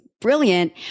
brilliant